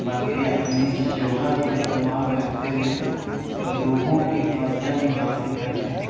بلکہ اپنی شہرت کو استعمال کرتے ہوئے لوگوں کی توجہ بھی حاصل کرتے ہیں